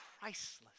priceless